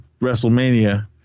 WrestleMania